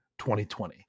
2020